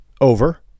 over